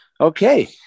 Okay